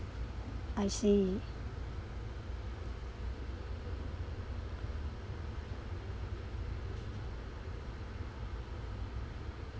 I see